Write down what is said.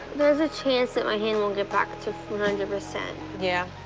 there's a chance that my hand won't get back to one hundred percent. yeah.